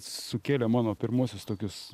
sukėlė mano pirmuosius tokius